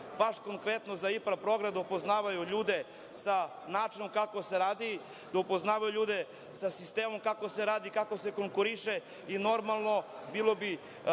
baš konkretno za IPARD program, da upoznavaju ljude sa načinom kako se radi, da upoznavaju ljude sa sistemom kako se radi i kako se konkuriše. Normalno, bilo bi